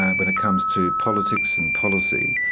when it comes to politics and policy,